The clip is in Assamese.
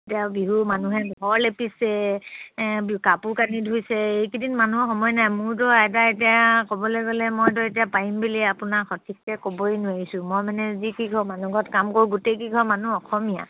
এতিয়া বিহু মানুহে ঘৰ লেপিছে কাপোৰ কানি ধুইছে এইকেইদিন মানুহৰ সময় নাই মোৰতো আইতা এতিয়া ক'বলে গ'লে মইতো এতিয়া পাৰিম বুলি আপোনাক সঠিককে ক'বই নোৱাৰিছোঁ মই মানে যি কিঘৰ মানুহৰ ঘৰত কাম কৰোঁ গোটেই কি ঘৰ মানুহ অসমীয়া